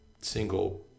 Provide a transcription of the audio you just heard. single